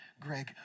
Greg